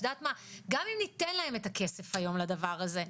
גם אם ניתן להם את הכסף היום לדבר הזה,